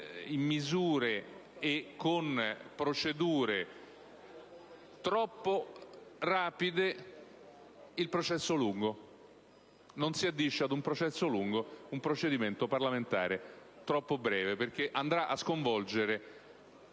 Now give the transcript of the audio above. passare con procedure troppo rapide il processo lungo: non si addice ad un processo lungo un procedimento parlamentare troppo breve, perché il provvedimento